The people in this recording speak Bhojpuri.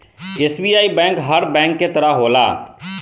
एस.बी.आई बैंक हर बैंक के तरह होला